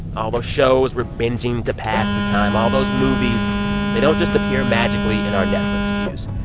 all those shows we're binging to pass the time, all those movies they don't just appear magically in our netflix queues.